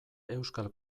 euskal